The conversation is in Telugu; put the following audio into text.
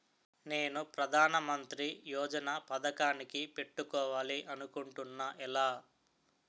నేను ప్రధానమంత్రి యోజన పథకానికి పెట్టుకోవాలి అనుకుంటున్నా ఎలా?